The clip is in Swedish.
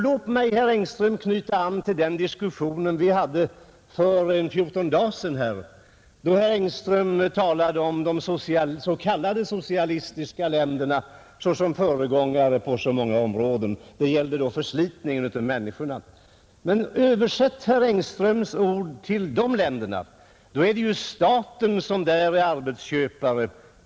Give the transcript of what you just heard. Låt mig, herr Engström, knyta an till den diskussion vi hade här för 14 dagar sedan, då herr Engström talade om de s.k. socialistiska länderna såsom föregångare på så många områden, Det gällde då förslitningen av människorna. Om vi tillämpar herr Engströms ord på de länderna är det staten som är arbetsköpare.